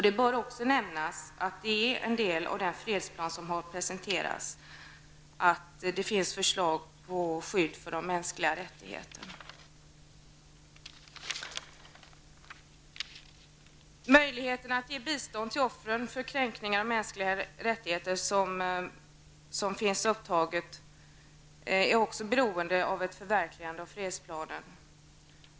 Det bör även nämnas att en del av fredsplanen som presenterades av säkerhetsrådets fem permanenta medlemmar innehöll förslag om skydd för de mänskliga rättigheterna. Möjligheten att ge bistånd till offren för kränkningarna av de mänskliga rättigheterna är beroende av att fredsplanen förverkligas.